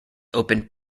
opened